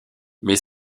mais